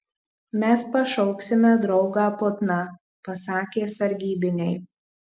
mes pašauksime draugą putną pasakė sargybiniai